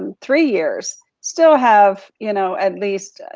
and three years still have, you know, at least,